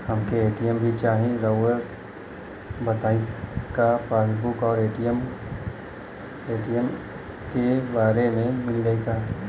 हमके ए.टी.एम भी चाही राउर बताई का पासबुक और ए.टी.एम एके बार में मील जाई का?